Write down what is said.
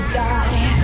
die